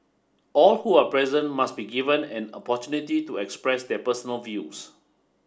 all who are present must be given an opportunity to express their personal views